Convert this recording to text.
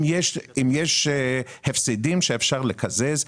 אם יש הפסדים שאפשר לקזז,